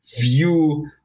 view